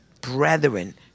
brethren